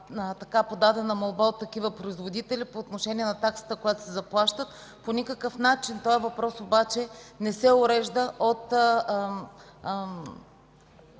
подадена молба от такива производители по отношение на таксата, която заплащат. По никакъв начин този въпрос обаче не се урежда от